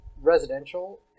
residential